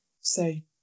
say